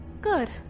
Good